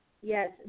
Yes